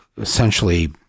essentially